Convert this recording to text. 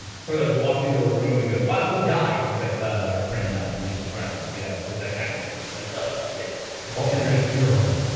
ah something like walked into a room and goes wow who died it's like our print died you we just spread out you know it's that kind of thing. it's it's like oh shit. also. you're in a funeral home.